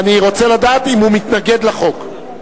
אני רוצה לדעת אם הוא מתנגד לחוק,